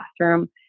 classroom